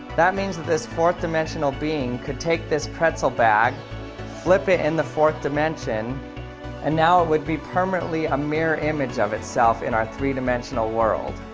that means that this fourth dimensional being could take this pretzel bag flip it in the fourth dimension and now it would be permanently a mirror image of itself in our three-dimensional world.